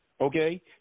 okay